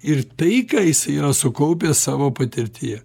ir tai ką jisai yra sukaupęs savo patirtyje